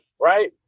right